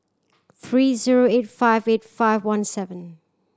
three zero eight five eight five one seven